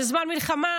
זה זמן מלחמה,